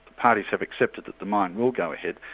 parties have accepted that the mine will go ahead.